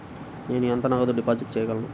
నేను ఎంత నగదు డిపాజిట్ చేయగలను?